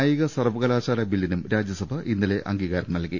ദേശീയ കായിക സർവ്വകലാശാലാ ബില്ലിനും രാജ്യസഭ ഇന്നലെ അംഗീകാരം നൽകി